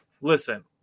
listen